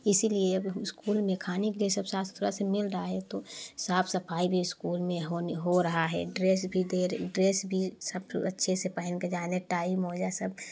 इसीलिए अब हु स्कूल में खाने के लिए सब साफ़ सुथरा से मिल रहा है तो साफ सफाई भी स्कूल में होनी हो रहा है ड्रेस भी दे र ड्रेस भी सब अ अच्छे से पहन के जाने टाई मोजा सब